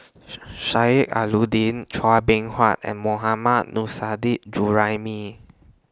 Sheik Alau'ddin Chua Beng Huat and Mohammad Juraimi